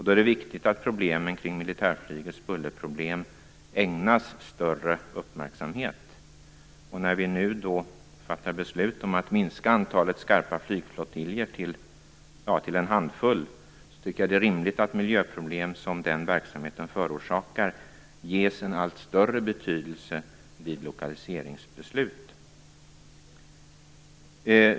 Då är det viktigt att militärflygets bullerproblem ägnas större uppmärksamhet. När vi nu fattar beslut om att minska antalet skarpa flygflottiljer till en handfull är det rimligt, tycker jag, att de miljöproblem som den verksamheten förorsakar ges allt större betydelse vid lokaliseringsbeslut.